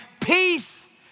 peace